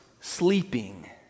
sleeping